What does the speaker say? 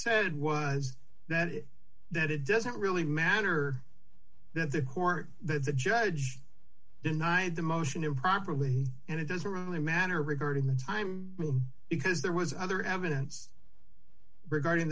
said was that it that it doesn't really matter that the court that the judge denied the motion improperly and it doesn't really matter regarding the time because there was other evidence regarding